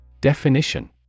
Definition